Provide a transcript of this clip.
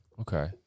Okay